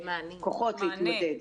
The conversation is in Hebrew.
כוחות להתמודד.